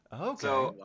Okay